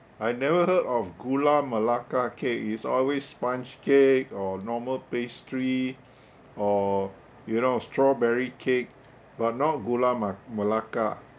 I never heard of gula melaka cake it's always sponge cake or normal pastry or you know strawberry cake but not gula ma~ melaka